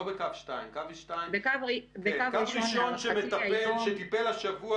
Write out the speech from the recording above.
קו ראשון שטיפל השבוע